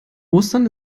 ostern